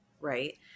Right